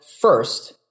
first